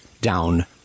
down